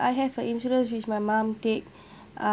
I have a insurance which my mom take uh